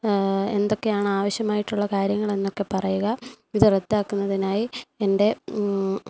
എന്തൊക്കെയാണ് ആവശ്യമായിട്ടുള്ള കാര്യങ്ങളെന്നൊക്കെ പറയുക ഇത് റദ്ദാക്കുന്നതിനായി എൻ്റെ